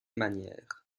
manière